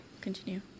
Continue